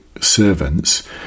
servants